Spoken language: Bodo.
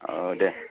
औ दे